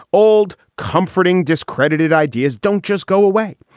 old, comforting, discredited ideas don't just go away.